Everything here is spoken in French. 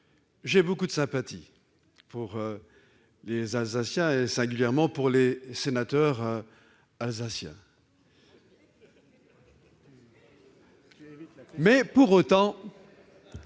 j'ai beaucoup de sympathie pour les Alsaciens, singulièrement pour les sénateurs alsaciens. Pour autant,